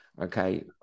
okay